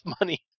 money